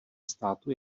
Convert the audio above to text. státu